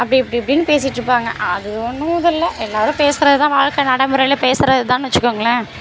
அப்படி இப்படி இப்படின்னு பேசிட்டுருப்பாங்க அது ஒன்றும் இதுல்ல எல்லோரும் பேசுவது தான் வாழ்க்க நடைமுறையில் பேசுவது தான்னு வெச்சுக்கோங்களேன்